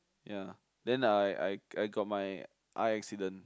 ya then I I I got my eye accident